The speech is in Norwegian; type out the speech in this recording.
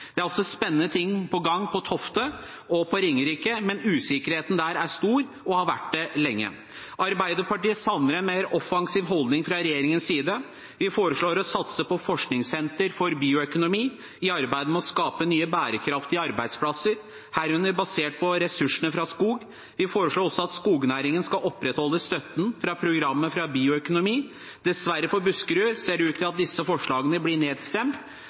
Det er også spennende ting på gang på Tofte og på Ringerike, men usikkerheten der er stor og har vært det lenge. Arbeiderpartiet savner en mer offensiv holdning fra regjeringens side. Vi foreslår å satse på forskningssenter for bioøkonomi i arbeidet med å skape nye bærekraftige arbeidsplasser, herunder basert på ressursene fra skog. Vi foreslår også at man skal opprettholde støtten til skognæringen fra programmet for bioøkonomi. Dessverre for Buskerud ser det ut til at disse forslagene blir nedstemt.